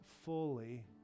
fully